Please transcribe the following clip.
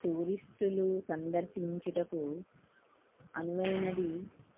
టూరిస్టులు సందర్శించుటకు అనువైనది